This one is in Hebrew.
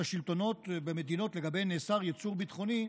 השלטונות במדינות שאליהן נאסר יצוא ביטחוני,